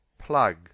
PLUG